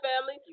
family